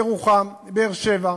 ירוחם, באר-שבע,